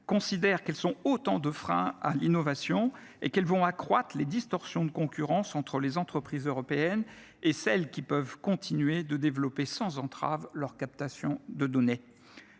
considèrent qu’ils sont autant de freins à l’innovation et qu’ils vont accroître les distorsions de concurrence entre les entreprises européennes et celles qui peuvent continuer de développer sans entrave leur captation de données.